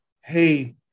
hey